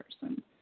person